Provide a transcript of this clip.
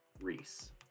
Reese